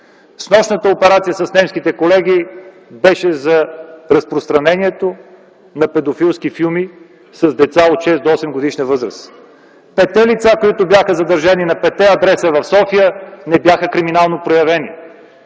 Снощната операция с немските колеги беше за разпространението на педофилски филми с деца от 6 до 8-годишна възраст. Петте лица, които бяха задържани на петте адреса в София, не бяха криминално проявени,